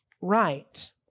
right